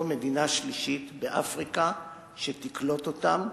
מדינה שלישית באפריקה שתקלוט אותם.